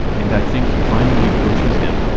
and i think he finally pushes him,